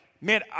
man